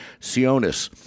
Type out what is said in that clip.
Sionis